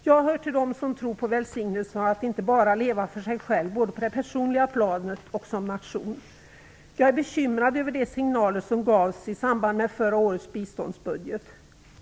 Jag hör till dem som tror på välsignelsen av att inte bara leva för sig själv, varken på det personliga planet eller som nation. Jag är bekymrad över de signaler som gavs i samband med förra årets biståndsbudget.